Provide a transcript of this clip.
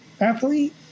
athlete